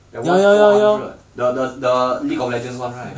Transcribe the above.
that one four hundred the the the league of legends one right